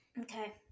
Okay